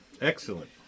Excellent